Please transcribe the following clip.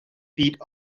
feet